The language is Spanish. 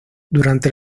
durante